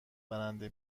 برنده